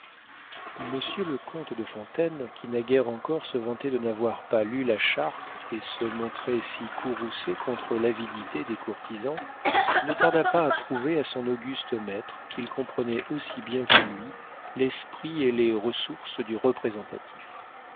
monsieur le comte de fontaine qui naguère encore se vantait de n'avoir pas lu la charte et se montrait si courroucé contre l'avidité des courtisans ne tarda pas à prouver à son auguste maître qu'il comprenait aussi bien que lui l'esprit et les ressources du représentatif